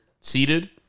seated